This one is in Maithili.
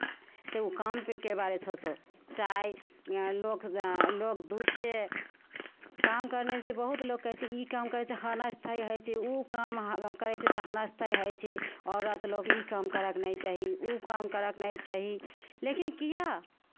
तऽ कामके बारे सोचो चाहे लोक लोक दुसे काम करनेसे बहुत लोक कहै छै ई काम कहै छै हनस्तै होइ छै काम करै छै तऽ हनस्तै होइ छै औरत लोग ई काम करयके नहि चाही काम करयके नहि चाही लेकिन किए